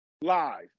Lies